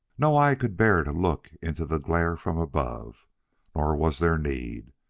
no eye could bear to look into the glare from above nor was there need,